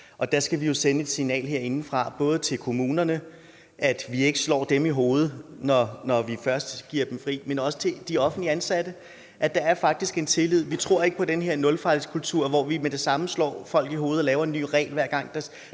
der skal vi jo sende et signal herindefra, både til kommunerne, at vi ikke slår dem i hovedet, når vi først giver dem fri, men også til de offentligt ansatte, at der faktisk er en tillid. Altså at vi ikke tror på den her nulfejlskultur, hvor man med det samme slår folk oven i hovedet og laver en ny regel, hver gang